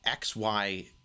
XY